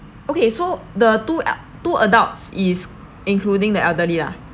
okay so the two uh two adults is including the elderly ah